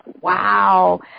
Wow